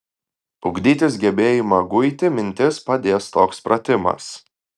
ugdytis gebėjimą guiti mintis padės toks pratimas